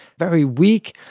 very weak.